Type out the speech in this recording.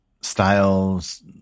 styles